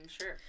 Sure